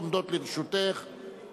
עברה בקריאה טרומית ותועבר לוועדת העבודה